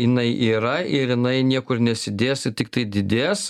jinai yra ir jinai niekur nesidės ir tiktai didės